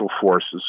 forces